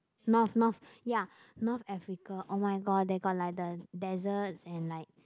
North North ya North Africa oh-my-god they got like the deserts and like